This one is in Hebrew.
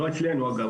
לא אצלנו אגב,